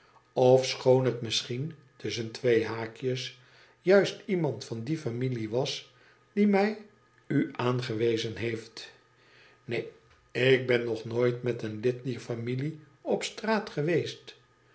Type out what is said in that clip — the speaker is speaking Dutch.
tofischoon het misschien tusschen twee haakjes juist iemand van die familie was die mij u aangewezen heeft neen ik ben nog nooit met een ud dier familie op straat geweest